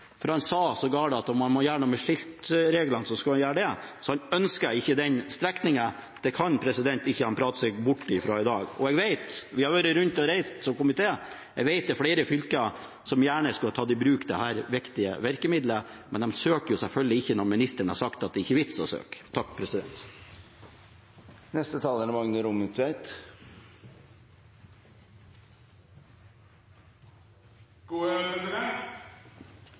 er han som har stoppet Akershus fylkeskommune når det gjelder fv. 170 – for han sa sågar at om han måtte gjøre noe med skiltreglene, skulle han gjøre det – ønsker han ikke den strekningen. Det kan han ikke prate seg bort fra i dag. Jeg vet – for komiteen har vært og reist rundt – at flere fylker gjerne skulle tatt i bruk dette viktige virkemiddelet, men de søker selvfølgelig ikke om det når ministeren har sagt at det ikke er noen vits i å søke.